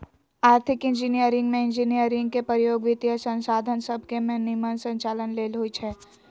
आर्थिक इंजीनियरिंग में इंजीनियरिंग के प्रयोग वित्तीयसंसाधन सभके के निम्मन संचालन लेल होइ छै